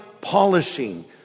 polishing